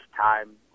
time